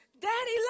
Daddy